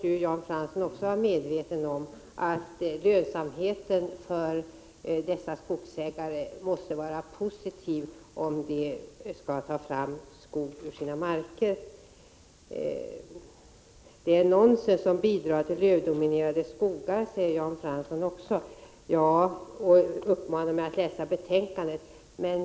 Jan Fransson måste ju vara medveten om att lönsamheten för dessa skogsägare måste vara positiv, om de skall ta fram skog ur sina marker. Beträffande bidrag till lövdominerade skogar uppmanar Jan Fransson mig att läsa betänkandet.